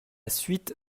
suite